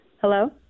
Hello